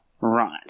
Right